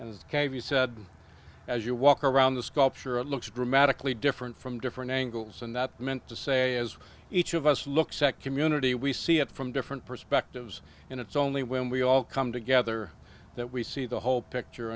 kavi said as you walk around the sculpture it looks dramatically different from different angles and that meant to say as each of us look sect community we see it from different perspectives and it's only when we all come together that we see the whole picture